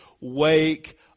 Wake